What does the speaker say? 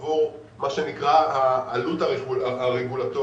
עבור מה שנקרא העלות הרגולטורית,